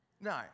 No